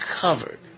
covered